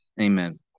Amen